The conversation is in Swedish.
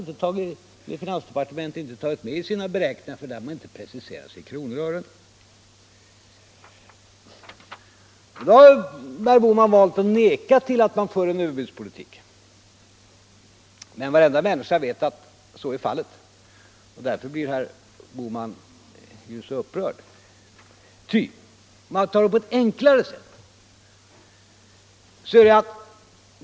Det har finansdepartementet alltså inte tagit med i sina beräkningar, för där har moderaterna inte preciserat sig i kronor och ören. Nu har herr Bohman valt att neka till att moderaterna för en överbudspolitik. Men varenda människa vet att så är fallet. Därför blir herr Bohman så upprörd.